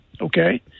okay